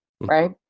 right